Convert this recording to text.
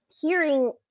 hearing